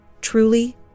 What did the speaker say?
Truly